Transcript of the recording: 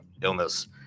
illness